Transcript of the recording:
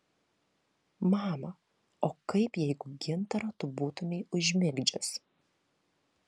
mama o kaip jeigu gintarą tu būtumei užmigdžius